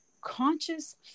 conscious